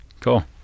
Cool